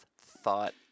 thought